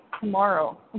tomorrow